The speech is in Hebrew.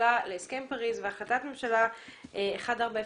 הממשלה להסכם פריז והחלטת ממשלה 1403,